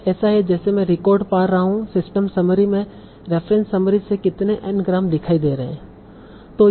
यह ऐसा है जैसे मैं रिकॉर्ड पा रहा हूं सिस्टम समरी में रेफ़रेंस समरी से कितने N ग्राम दिखाई दे रहे हैं